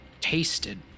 tasted